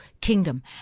kingdom